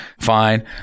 fine